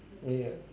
me ah